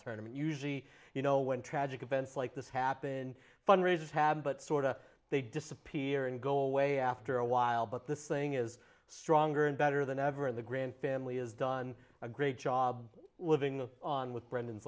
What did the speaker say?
tournament usually you know when tragic events like this happen fundraisers have but sorta they disappear and go away after a while but this thing is stronger and better than ever and the grand family is done a great job living on with